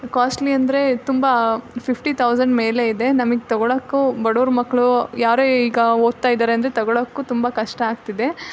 costly ಅಂದರೆ ತುಂಬ fifty thousand ಮೇಲೆ ಇದೆ ನಮಗೆ ತೊಗೊಳೋಕ್ಕೂ ಬಡವ್ರ ಮಕ್ಕಳು ಯಾರೇ ಈಗ ಓದ್ತಾ ಇದ್ದಾರೆ ಅಂದರೆ ತೊಗೊಳೋಕ್ಕೂ ತುಂಬ ಕಷ್ಟ ಆಗ್ತಿದೆ